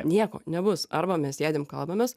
nieko nebus arba mes sėdim kalbamės